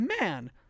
man